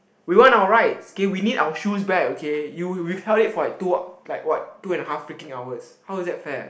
we want our rights okay we need our shoes back okay you withheld it for like two like what two and half freaking hours how is that fair